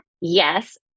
Yes